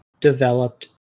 developed